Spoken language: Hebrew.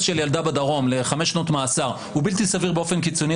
של ילדה בדרום לחמש שנות מאסר הוא בלתי סביר באופן קיצוני,